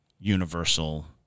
universal